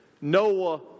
Noah